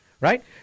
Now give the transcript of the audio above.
Right